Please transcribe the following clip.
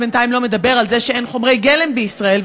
אף אחד בינתיים לא מדבר על זה שאין חומרי גלם בישראל,